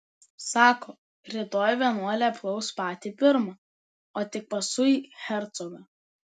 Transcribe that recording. sako rytoj vienuolį apklaus patį pirmą o tik paskui hercogą